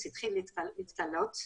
עבדתי אז עם חלק מהשותפים בלווייתן,